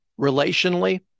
relationally